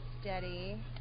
Steady